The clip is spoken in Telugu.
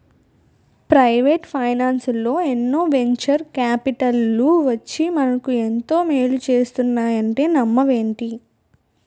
ప్రవేటు ఫైనాన్సల్లో ఎన్నో వెంచర్ కాపిటల్లు వచ్చి మనకు ఎంతో మేలు చేస్తున్నాయంటే నమ్మవేంటి?